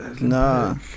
No